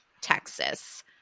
Texas